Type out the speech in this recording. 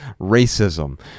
racism